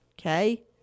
Okay